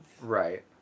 Right